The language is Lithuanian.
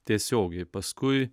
tiesiogiai paskui